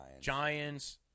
Giants